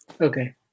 Okay